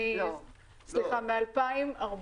מ-2014.